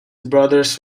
brothers